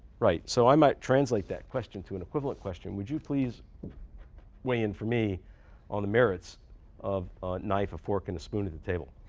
right. so i might translate that question to an equivalent question. would you please weigh in for me on the merits of a knife, a fork, and spoon at the table?